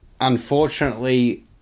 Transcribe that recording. unfortunately